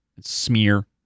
Smear